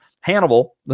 Hannibal